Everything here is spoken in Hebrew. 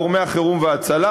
גורמי החירום וההצלה.